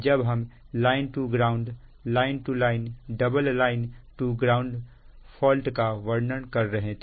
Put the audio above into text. जब हम line to ground line to line double line to ground fault का वर्णन कर रहे थे